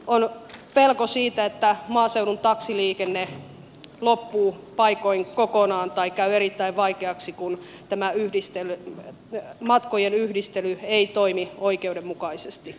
on pelko siitä että maaseudun taksiliikenne loppuu paikoin kokonaan tai käy erittäin vaikeaksi kun tämä matkojen yhdistely ei toimi oikeudenmukaisesti